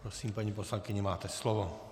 Prosím, paní poslankyně, máte slovo.